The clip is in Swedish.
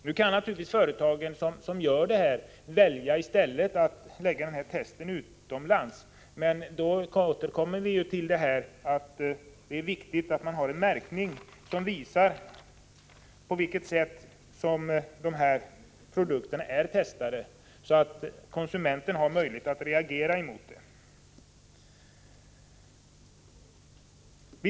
Nu kan naturligtvis de företag som gör detta försök i stället välja att förlägga testen utomlands, men då återkommer vi till att det är viktigt att det finns en märkning som visar på vilket sätt produkterna är testade, så att konsumenten har möjlighet att reagera mot djurförsök.